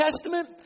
Testament